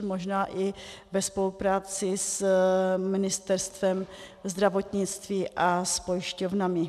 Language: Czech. Možná i ve spolupráci s Ministerstvem zdravotnictví a s pojišťovnami.